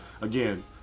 again